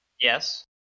Yes